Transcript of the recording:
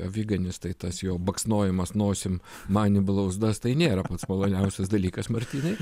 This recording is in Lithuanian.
aviganis tai tas jo baksnojimas nosim man į blauzdas tai nėra pats maloniausias dalykas martynai